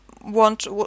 want